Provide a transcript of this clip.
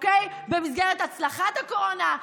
במסגרת הצלחת הקורונה,